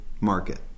market